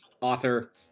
author